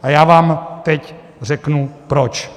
A já vám teď řeknu proč.